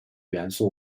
元素